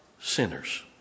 sinners